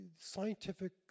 scientific